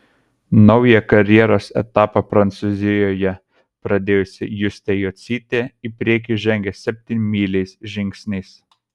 naują karjeros etapą prancūzijoje pradėjusi justė jocytė į priekį žengia septynmyliais žingsniais